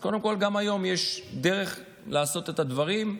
אז קודם כול, גם היום יש דרך לעשות את הדברים,